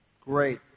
Great